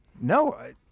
No